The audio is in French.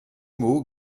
mots